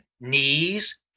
knees